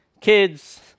Kids